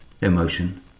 emotion